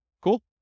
Cool